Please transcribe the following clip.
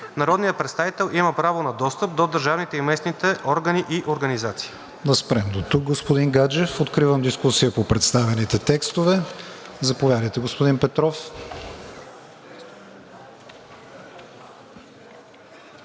Народният представител има право на достъп до държавните и местните органи и организации.“